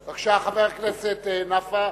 בבקשה, חבר הכנסת נפאע.